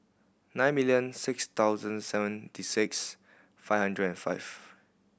nine million six thousand seventy six five hundred and five